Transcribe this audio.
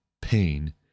pain